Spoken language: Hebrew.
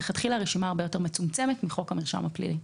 מלכתחילה הרבה יותר מצומצמת מחוק המרשם הפלילי.